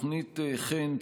תוכנית ח"ן,